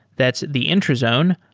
that's the intrazone,